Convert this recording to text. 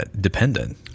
dependent